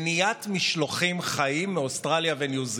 למניעת משלוחים חיים מאוסטרליה וניו זילנד.